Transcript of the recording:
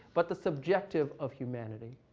but the subjective of humanity.